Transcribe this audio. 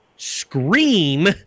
Scream